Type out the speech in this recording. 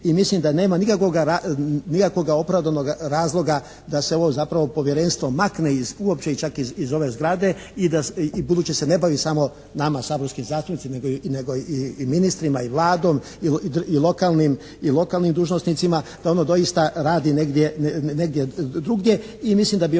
i mislim da nema nikakvog opravdanog razloga da se ovo zapravo povjerenstvo makne iz opće čak iz ove zgrade i ubuduće se ne bavi samo nama saborskim zastupnicima nego i ministrima i Vladom i lokalnim dužnosnicima, da ono doista radi negdje drugdje i mislim da bi onda